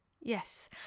Yes